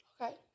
Okay